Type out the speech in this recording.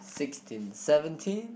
sixteen seventeen